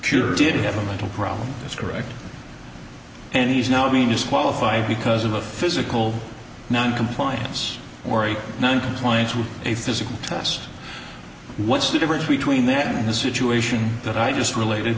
sure did have a mental problem that's correct and he's now being disqualified because of a physical noncompliance ory noncompliance with a physical test what's the difference between that and the situation that i just related